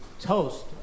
toast